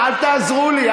אל תעזרו לי.